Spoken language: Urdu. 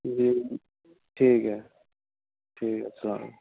جی ٹھیک ہے ٹھیک ہے السلام علیکم